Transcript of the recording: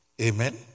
Amen